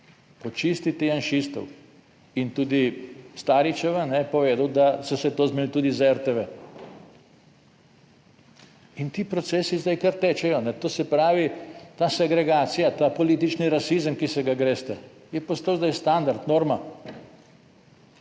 počistiti janšistov in tudi Staričeva, je povedal, da so se to zmenili tudi za RTV. In ti procesi zdaj kar tečejo, to se pravi, ta segregacija, ta politični rasizem, ki se ga greste, je postal zdaj standard, norma.